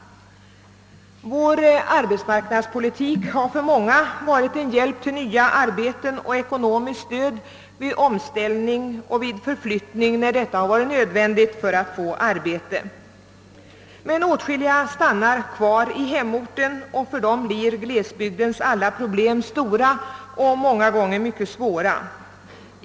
Vår arbetsmarknadspolitik har för många varit en hjälp till nya arbeten och ekonomiskt stöd vid omställning och vid förflyttning när detta har varit nödvändigt för att få arbete. Åtskilliga stannar dock kvar i hemorten, och för dem blir glesbygdens alla problem stora och många gånger mycket svåra.